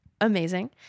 amazing